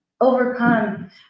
overcome